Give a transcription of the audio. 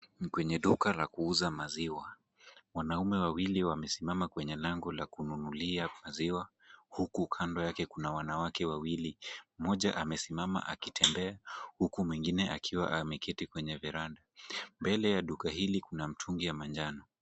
Kwenye duka la kuuza maziwa. Wanaume wawili wamesimama kwenye lango la kununulia maziwa huku kando yake kuna wanawake wawili, moja amesimama akitembea huku mwingine akiwa ameketi kwenye verandah . Mbele ya duka hili kuna mitungi ya manjano.